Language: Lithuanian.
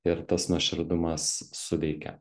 ir tas nuoširdumas suveikia